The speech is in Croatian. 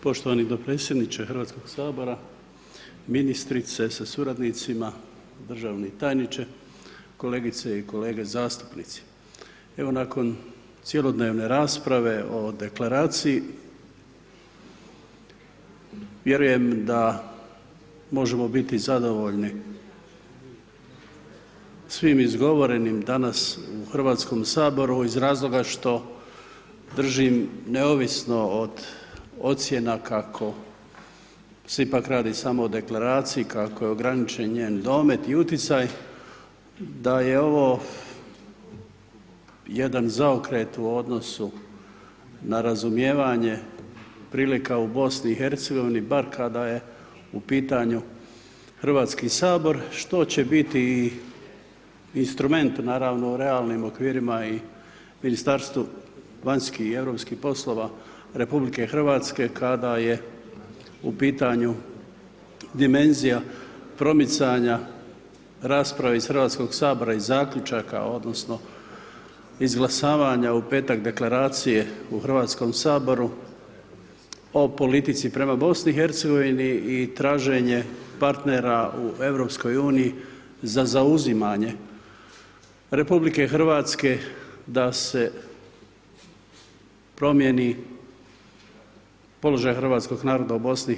Poštovani dopredsjedniče Hrvatskog sabora, ministrice sa suradnicima, državni tajniče, kolegice i kolege zastupnici, evo nakon cjelodnevne rasprave o deklaraciji vjerujem da možemo biti zadovoljni svim izgovorenim danas u Hrvatskom saboru iz razloga što držim neovisno od ocjena kako se ipak radi samo o deklaraciji, kako je ograničen njen domet i utjecaj, da je ovo jedan zaokret u odnosu na razumijevanje prilika u BiH bar kada je u pitanju Hrvatski sabor, što će biti i instrument naravno u realnim okvirima i Ministarstvu vanjskih i europskih poslova RH kada je u pitanju dimenzija promicanja rasprava iz Hrvatskog sabora i zaključaka odnosno izglasavanja u petak deklaracije u Hrvatskom saboru o politici prema BiH i traženje partnera u EU za zauzimanje RH da se promijeni položaj hrvatskog naroda u BiH.